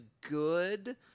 good